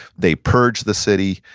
they purged the city,